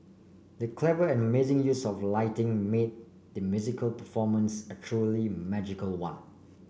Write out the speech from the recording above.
the clever and amazing use of lighting made the musical performance a truly magical one